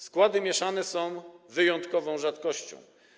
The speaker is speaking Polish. Składy mieszane są wyjątkową rzadkością.